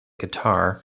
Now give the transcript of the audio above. guitar